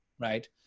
Right